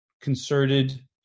concerted